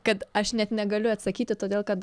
kad aš net negaliu atsakyti todėl kad